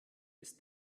ist